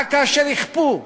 רק כאשר יכפו,